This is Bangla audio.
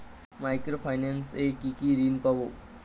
মাইক্রো ফাইন্যান্স এ কি কি ঋণ পাবো?